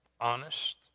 honest